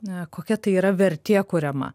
a kokia tai yra vertė kuriama